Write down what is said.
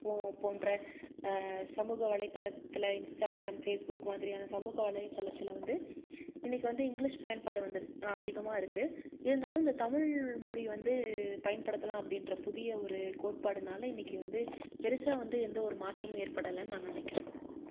அப்புறோம் போன்ற சமூக வலைத்தளத்தில் இன்ஸ்டாகிராம் ஃபேஸ்புக் மாதிரியான சமூக வலைத்தளத்தில் வந்து இன்னிக்கு வந்து இங்கிலீஷ் பயன்பாடு வந்துருக்னா அதிகமாக இருக்கு இருந்தாலும் இந்த தமிழ் மொழி வந்து பயன்படுத்தலாம் அப்படீன்ற புதிய ஒரு கோட்பாடுனால இன்னிக்கு வந்து பெருசாக வந்து எந்த ஒரு மாற்றமும் ஏற்படலைனு நான் நினைக்கிறேன்